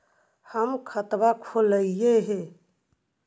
हम खाता खोलैलिये हे?